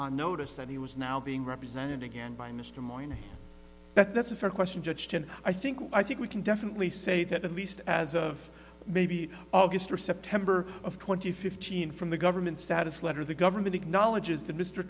n notice that he was now being represented again by mr moreno but that's a fair question judge can i think i think we can definitely say that at least as of maybe of history september of twenty fifteen from the government status letter the government acknowledges that mr